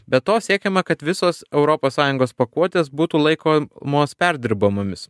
be to siekiama kad visos europos sąjungos pakuotės būtų laikomos perdirbamomis